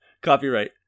copyright